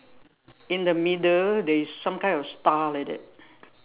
in the middle there is some kind of star like that